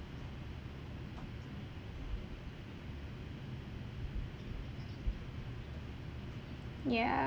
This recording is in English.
yeah